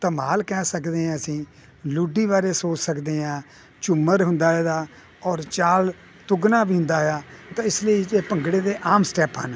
ਧਮਾਲ ਕਹਿ ਸਕਦੇ ਹਾਂ ਅਸੀਂ ਲੁੱਡੀ ਬਾਰੇ ਸੋਚ ਸਕਦੇ ਹਾਂ ਝੂਮਰ ਹੁੰਦਾ ਇਹਦਾ ਔਰ ਚਾਲ ਤੁਗਣਾ ਵੀ ਹੁੰਦਾ ਇਆ ਤਾਂ ਇਸ ਲਈ ਜ ਭੰਗੜੇ ਦੇ ਆਮ ਸਟੈਪ ਹਨ